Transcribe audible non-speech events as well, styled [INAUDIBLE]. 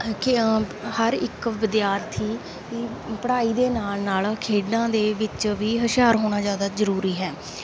[UNINTELLIGIBLE] ਹਰ ਇੱਕ ਵਿਦਿਆਰਥੀ ਪੜ੍ਹਾਈ ਦੇ ਨਾਲ ਨਾਲ ਖੇਡਾਂ ਦੇ ਵਿੱਚ ਵੀ ਹੁਸ਼ਿਆਰ ਹੋਣਾ ਜ਼ਿਆਦਾ ਜ਼ਰੂਰੀ ਹੈ